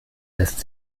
lässt